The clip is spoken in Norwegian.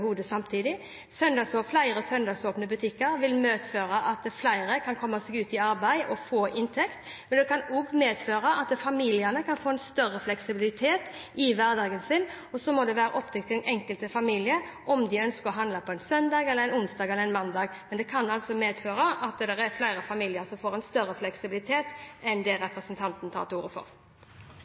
hodet samtidig: Flere søndagsåpne butikker vil medføre at flere kan komme seg ut i arbeid og få inntekt, men det kan også medføre at familiene kan få en større fleksibilitet i hverdagen sin. Og så må det være opp til den enkelte familie om de ønsker å handle på en søndag eller en onsdag eller en mandag. Det kan altså medføre at det er flere familier som får en større fleksibilitet enn det representanten tar til orde for.